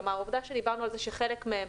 כלומר, העובדה שדיברנו על זה שחלק מהם